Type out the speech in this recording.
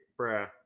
bruh